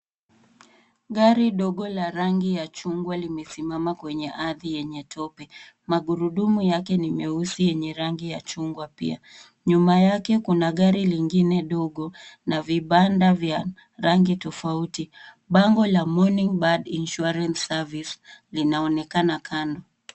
Gari dogo la rangi ya chungwa limesimama kwenye ardhi yenye tope. Magurudumu yake ni meusi yenye rangi ya chungwa pia. Nyuma yake kuna gari lingine dogo na vibanda vya rangi tofauti. Bango la Morning Bird Insurance Service linaonekana kando.